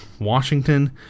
Washington